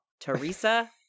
Teresa